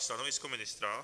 Stanovisko ministra?